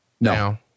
No